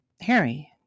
Harry